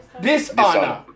Dishonor